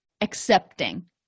accepting